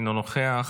אינו נוכח,